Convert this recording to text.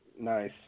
Nice